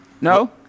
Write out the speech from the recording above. No